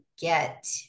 get